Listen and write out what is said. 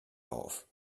auf